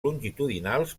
longitudinals